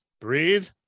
breathe